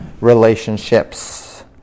relationships